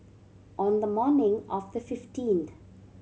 on the morning of the fifteenth